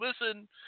listen